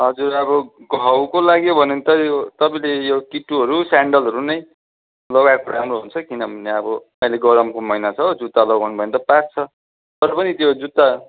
हजुर अब घाउको लागि हो भने त यो तपाईँले यो किट्टुहरू स्यान्डलहरू नै लगाएको राम्रो हुन्छ किनभने अब अहिले गरमको महिना छ हो जुत्ता लगाउनु भयो भने त पाक्छ तर पनि त्यो जुत्ता